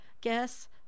guess